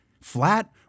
flat